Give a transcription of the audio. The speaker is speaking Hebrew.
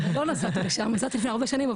לא נסעתי לשם; נסעתי לפני ארבע שנים,